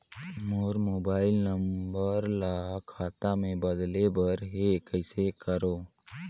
मोर mobile number ल खाता मे बदले बर हे कइसे करव?